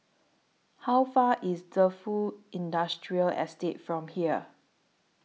How Far IS Defu Industrial Estate from here